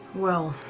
well,